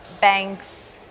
banks